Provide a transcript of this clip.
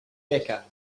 becca